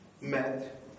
met